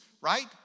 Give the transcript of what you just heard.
right